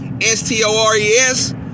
s-t-o-r-e-s